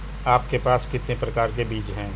आपके पास कितने प्रकार के बीज हैं?